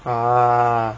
a'ah